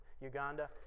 Uganda